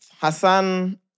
Hassan